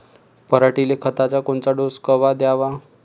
पऱ्हाटीले खताचा कोनचा डोस कवा द्याव?